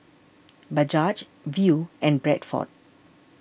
Bajaj Viu and Bradford